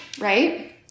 right